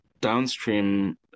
Downstream